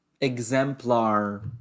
exemplar